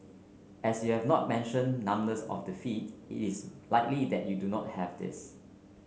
as you have not mentioned numbness of the feet is likely that you do not have this